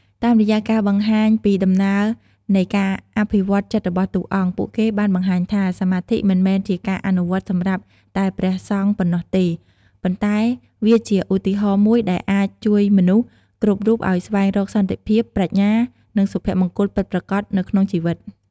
តាមរយៈការបង្ហាញពីដំណើរនៃការអភិវឌ្ឍន៍ចិត្តរបស់តួអង្គ ពួកគេបានបង្ហាញថា សមាធិមិនមែនជាការអនុវត្តសម្រាប់តែព្រះសង្ឃប៉ុណ្ណោះទេ ប៉ុន្តែវាជាឧទាហរណ៍មួយដែលអាចជួយមនុស្សគ្រប់រូបឱ្យស្វែងរកសន្តិភាព ប្រាជ្ញា និងសុភមង្គលពិតប្រាកដនៅក្នុងជីវិត។